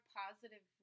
positive